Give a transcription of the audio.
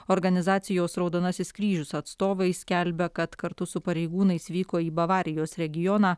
organizacijos raudonasis kryžius atstovai skelbia kad kartu su pareigūnais vyko į bavarijos regioną